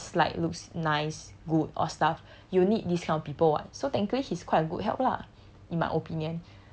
presentation slide looks nice good or stuff you'll need this kind of people [what] so he's quite a good help lah